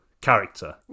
character